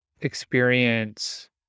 experience